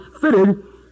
fitted